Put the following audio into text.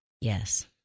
Yes